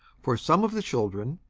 for some of the children,